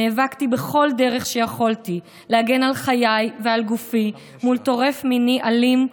נאבקתי בכל דרך שיכולתי להגן על חיי ועל גופי מול טורף מיני אלים,